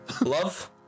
Love